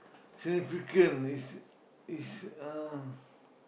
significant is is uh